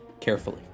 Carefully